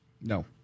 No